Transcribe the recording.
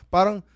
Parang